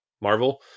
Marvel